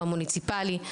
במוניציפלי,